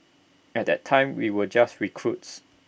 at that time we were just recruits